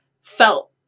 felt